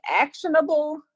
actionable